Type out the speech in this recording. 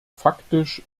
faktisch